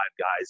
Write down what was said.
guys